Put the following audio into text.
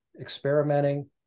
experimenting